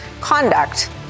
conduct